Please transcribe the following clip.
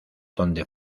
donde